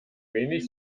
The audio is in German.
wenig